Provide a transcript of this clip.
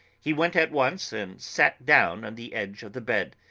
he went at once and sat down on the edge of the bed,